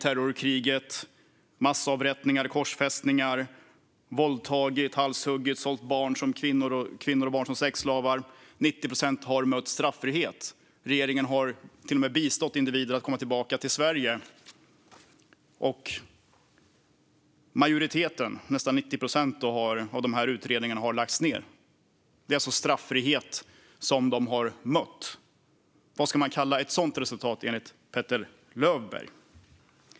Det har handlat om massavrättningar och korsfästningar. Man har våldtagit, halshuggit och sålt kvinnor och barn som sexslavar. Nästan 90 procent av utredningarna har lagts ned. Regeringen har till och med bistått individer att komma tillbaka till Sverige. Det är alltså straffrihet som de har mött. Vad ska man kalla ett sådant resultat, enligt Petter Löberg?